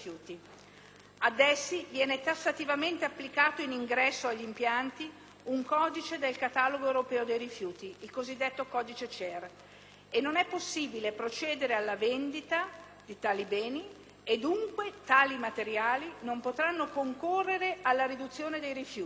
Ad essi viene tassativamente applicato, in ingresso agli impianti, un codice del catalogo europeo dei rifiuti, il cosiddetto codice CER, e non è possibile procedere alla vendita di tali beni. Dunque tali materiali non potranno concorrere alla riduzione dei rifiuti